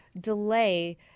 delay